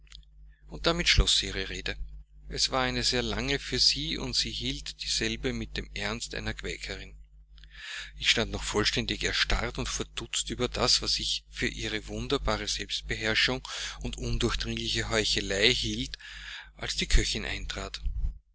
und damit schloß sie ihre rede es war eine sehr lange für sie und sie hielt dieselbe mit dem ernst einer quäkerin ich stand noch vollständig erstarrt und verdutzt über das was ich für ihre wunderbare selbstbeherrschung und undurchdringliche heuchelei hielt als die köchin eintrat